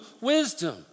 wisdom